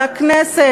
מהכנסת,